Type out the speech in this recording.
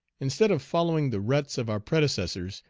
instead of following the ruts of our predecessors,